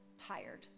tired